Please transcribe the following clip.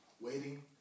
waiting